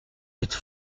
êtes